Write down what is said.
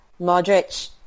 Modric